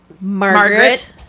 Margaret